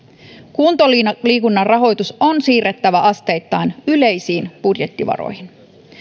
kuntoliikunnan rahoitus on siirrettävä asteittain yleisiin budjettivaroihin